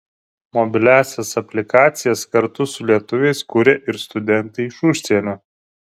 mobiliąsias aplikacijas kartu su lietuviais kuria ir studentai iš užsienio